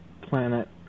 planet